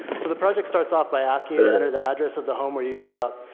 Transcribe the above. so the project starts off by asking you to enter the address of the home where you grew up.